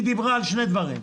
היא דיברה על שני דברים: